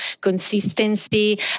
consistency